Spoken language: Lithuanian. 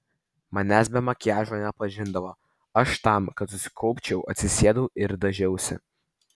manęs be makiažo nepažindavo aš tam kad susikaupčiau atsisėdau ir dažiausi